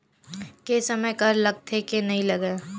के समय कर लगथे के नइ लगय?